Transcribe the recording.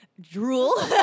drool